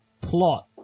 plot